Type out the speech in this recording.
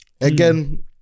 again